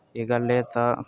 एह् गल्ल ऐ तां